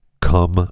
come